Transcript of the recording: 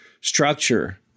structure